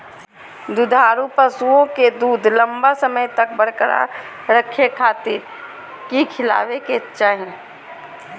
दुधारू पशुओं के दूध लंबा समय तक बरकरार रखे खातिर की खिलावे के चाही?